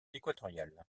équatoriale